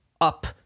up